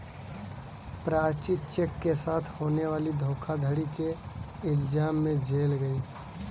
Prachi cheque के साथ होने वाली धोखाधड़ी के इल्जाम में जेल गई